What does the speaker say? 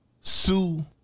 sue